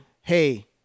Hey